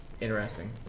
interesting